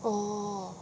oh